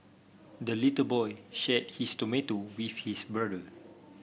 the little boy shared his tomato with his brother